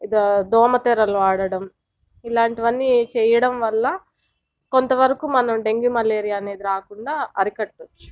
దో దోమతెరలు వాడడం ఇలాంటివన్నీ చెయ్యడం వల్ల కొంతవరకు మనం డెంగ్యూ మలేరియా అనేది రాకుండా అరికట్టచ్చు